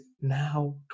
now